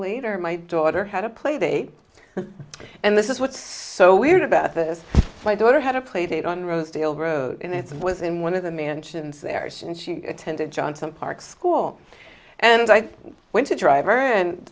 later my daughter had a playdate and this is what's so weird about this my daughter had a playdate on rosedale road and it's was in one of the mansions there and she attended johnson park school and i went to driver and